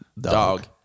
Dog